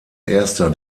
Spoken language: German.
erster